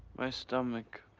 my stomach.